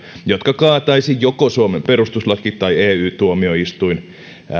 jotka kaataisi joko suomen perustuslaki tai ey tuomioistuin